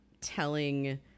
telling